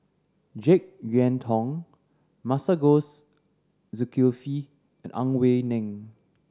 Jek Yeun Thong Masagos Zulkifli and Ang Wei Neng